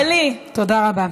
ישראלי, תודה רבה.